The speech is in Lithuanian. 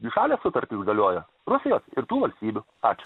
dvišalės sutartis galioja rusijos ir tų valstybių ačiū